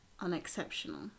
unexceptional